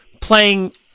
playing